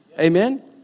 Amen